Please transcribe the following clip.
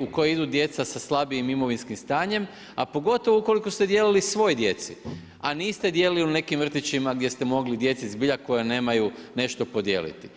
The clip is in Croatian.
u koji idu djeca sa slabijim imovinskim stanjem, a pogotovo ukoliko ste dijelili svoj djeci, a niste dijelili u nekim vrtićima gdje ste mogli zbilja djeci koja nemaju nešto podijeliti.